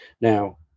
Now